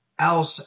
else